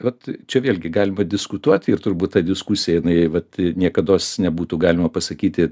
vat čia vėlgi galime diskutuoti ir turbūt ta diskusija jinai vat niekados nebūtų galima pasakyti